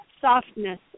softness